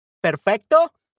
perfecto